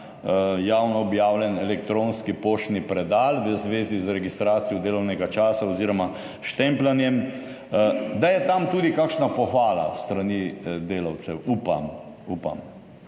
javno objavljen elektronski poštni predal v zvezi z registracijo delovnega časa oziroma štempljanjem, da je tam tudi kakšna pohvala s strani delavcev. Upam, ker